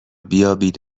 بیابید